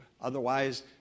Otherwise